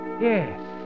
Yes